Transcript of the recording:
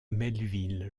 melville